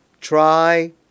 try